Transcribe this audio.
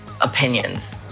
opinions